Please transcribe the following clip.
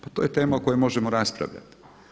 Pa to je tema o kojoj možemo raspravljati.